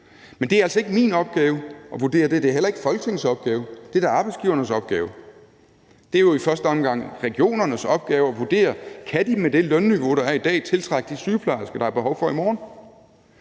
Men det er altså ikke min opgave at vurdere det. Det er heller ikke Folketingets opgave. Det er da arbejdsgivernes opgave. Det er jo i første omgang regionernes opgave at vurdere: Kan de med det lønniveau, der er i dag, tiltrække de sygeplejersker, der er behov for i morgen?